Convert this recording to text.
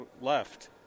left